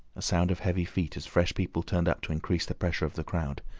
a sound of heavy feet as fresh people turned up to increase the pressure of the crowd.